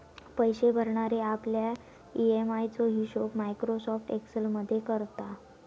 पैशे भरणारे आपल्या ई.एम.आय चो हिशोब मायक्रोसॉफ्ट एक्सेल मध्ये करता